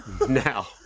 Now